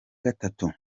gatatu